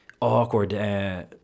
awkward